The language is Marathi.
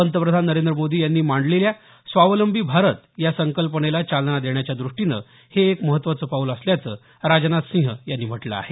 पंतप्रधान नरेंद्र मोदी यांनी मांडलेल्या स्वावलंबी भारत या संकल्पनेला चालना देण्याच्या दृष्टीनं हे एक महत्त्वाचं पाऊल असल्याचं राजनाथ सिंह यांनी म्हटलं आहे